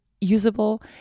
usable